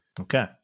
Okay